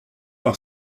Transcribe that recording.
par